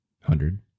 hundred